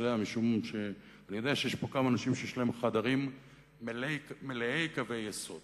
משום שאני יודע שיש פה כמה אנשים שיש להם חדרים מלאי קווי יסוד